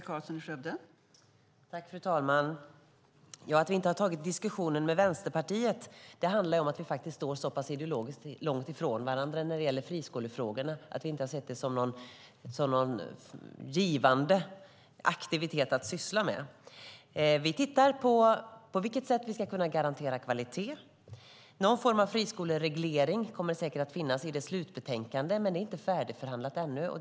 Fru talman! Att vi inte har tagit diskussionen med Vänsterpartiet handlar om att våra partier står så långt ifrån varandra ideologiskt när det gäller friskolefrågorna att vi inte har sett det som en givande aktivitet att syssla med. Vi tittar på hur vi ska kunna garantera kvalitet. Någon form av friskolereglering kommer säkert att finnas i slutbetänkandet, men det är inte färdigförhandlat ännu.